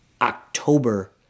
October